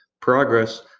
progress